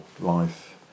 life